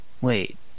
wait